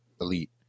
elite